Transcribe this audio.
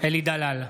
אלי דלל,